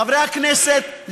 חברי הכנסת,